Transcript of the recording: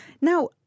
Now